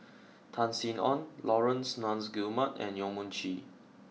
Tan Sin Aun Laurence Nunns Guillemard and Yong Mun Chee